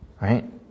right